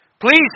please